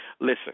Listen